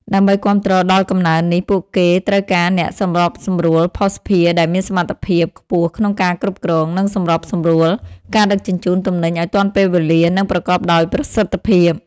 ដើម្បីគាំទ្រដល់កំណើននេះ ពួកគេត្រូវការអ្នកសម្របសម្រួលភស្តុភារដែលមានសមត្ថភាពខ្ពស់ក្នុងការគ្រប់គ្រង និងសម្របសម្រួលការដឹកជញ្ជូនទំនិញឱ្យទាន់ពេលវេលា និងប្រកបដោយប្រសិទ្ធភាព។